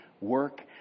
work